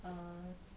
err